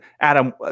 Adam